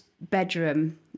bedroom